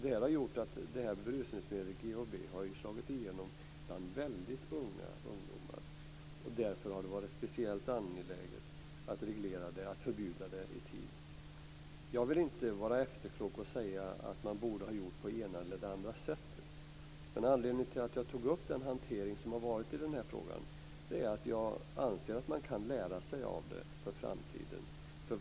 Detta har gjort att berusningsmedlet GHB har slagit igenom bland väldigt unga ungdomar, och därför har det varit speciellt angeläget att förbjuda det i tid. Jag vill inte vara efterklok och säga att man borde ha gjort på det ena eller det andra sättet. Anledningen till att jag har tagit upp hanteringen av frågan är att jag anser att man kan lära sig för framtiden.